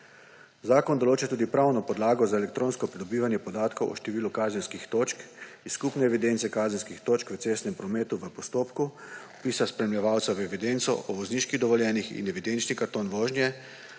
Zakon določa tudi pravno podlago za elektronsko pridobivanje podatkov o številu kazenskih točk iz skupne evidence kazenskih točk v cestnem prometu, za postopek vpisa spremljevalca v evidenco o vozniških dovoljenjih in evidenčni karton vožnje,